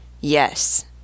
Yes